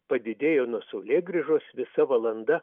padidėjo nuo saulėgrįžos visa valanda